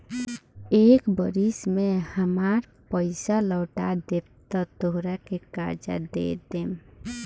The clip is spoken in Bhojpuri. एक बरिस में हामार पइसा लौटा देबऽ त तोहरा के कर्जा दे देम